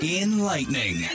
Enlightening